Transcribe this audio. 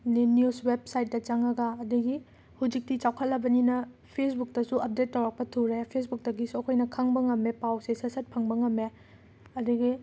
ꯅꯤ ꯅ꯭ꯌꯨꯁ ꯋꯦꯞꯁꯥꯏꯠꯇ ꯆꯪꯉꯒ ꯑꯗꯒꯤ ꯍꯧꯖꯤꯛꯇꯤ ꯆꯥꯎꯈꯠꯂꯕꯅꯤꯅ ꯐꯦꯁꯕꯨꯛꯇꯁꯨ ꯑꯞꯗꯦꯠ ꯇꯧꯔꯛꯄ ꯊꯨꯔꯦ ꯐꯦꯁꯕꯨꯛꯇꯒꯤꯁꯨ ꯑꯩꯈꯣꯏꯅ ꯈꯪꯕ ꯉꯝꯃꯦ ꯄꯥꯎꯁꯦ ꯁꯠ ꯁꯠ ꯐꯪꯕ ꯉꯝꯃꯦ ꯑꯗꯒꯤ